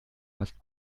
hast